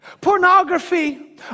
Pornography